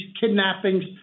kidnappings